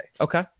Okay